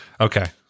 Okay